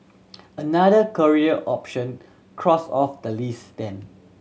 another career option crossed off the list then